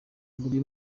buri